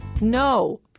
no